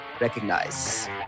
Recognize